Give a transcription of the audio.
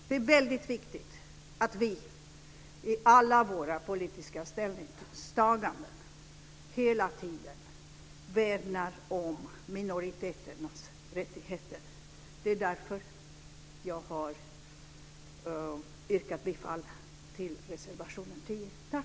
Det är väldigt viktigt att vi i alla våra politiska ställningstaganden hela tiden värnar om minoriteternas rättigheter. Det är därför jag har yrkat bifall till reservation 10.